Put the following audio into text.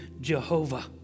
Jehovah